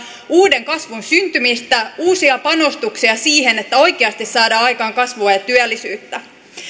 uuden kasvun syntymistä uusia panostuksia siihen että oikeasti saadaan aikaan kasvua ja työllisyyttä